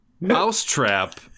Mousetrap